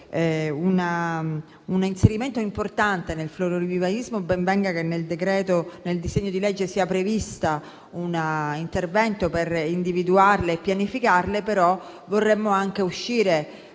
un inserimento importante nel florovivaismo. Ben venga che nel disegno di legge sia previsto un intervento per individuarle e pianificarle, però vorremmo uscire